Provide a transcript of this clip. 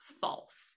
false